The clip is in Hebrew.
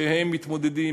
שהם מתמודדים,